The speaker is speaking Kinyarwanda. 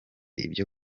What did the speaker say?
ibyo